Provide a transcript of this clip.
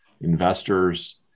investors